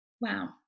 Wow